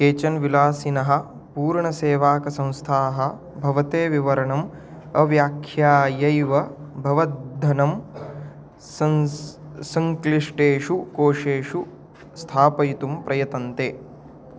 केचन विलासिनः पूर्णसेवाकसंस्थाः भवते विवरणम् अव्याख्यायैव भवद्धनं संस् संक्लिष्टेषु कोशेषु स्थापयितुं प्रयतन्ते